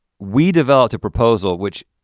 we developed a proposal which,